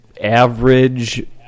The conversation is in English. average